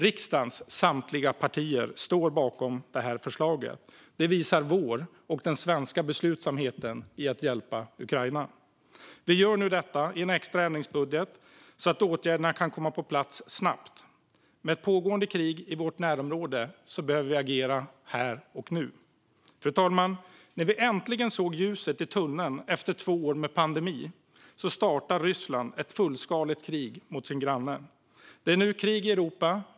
Riksdagens samtliga partier står bakom det här förslaget. Detta visar vår beslutsamhet och den svenska beslutsamheten när det gäller att hjälpa Ukraina. Vi gör nu detta i en extra ändringsbudget så att åtgärderna kan komma på plats snabbt. Med ett pågående krig i vårt närområde behöver vi agera här och nu. Fru talman! När vi äntligen såg ljuset i tunneln efter två år med pandemi startade Ryssland ett fullskaligt krig mot sin granne. Det är nu krig i Europa.